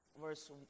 verse